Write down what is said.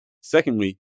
Secondly